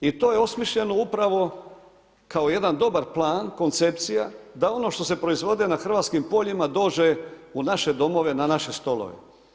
I to je osmišljeno upravo kao jedan dobar plan, koncepcija da ono što se proizvodi na hrvatskim poljima dođe u naše domove na naše stolove.